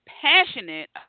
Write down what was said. passionate